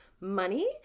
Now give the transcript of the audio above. money